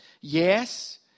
Yes